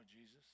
Jesus